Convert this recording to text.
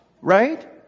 Right